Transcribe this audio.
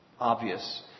obvious